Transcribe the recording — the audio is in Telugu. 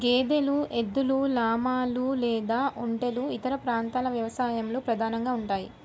గేదెలు, ఎద్దులు, లామాలు లేదా ఒంటెలు ఇతర ప్రాంతాల వ్యవసాయంలో ప్రధానంగా ఉంటాయి